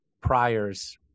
priors